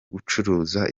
gucuruza